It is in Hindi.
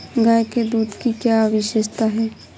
गाय के दूध की क्या विशेषता है?